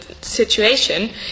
situation